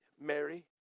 Mary